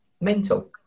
mental